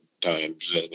times